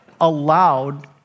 allowed